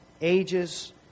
ages